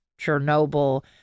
Chernobyl